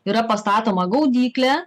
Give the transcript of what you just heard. yra pastatoma gaudyklė